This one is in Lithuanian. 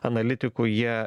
analitikų jie